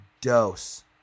dose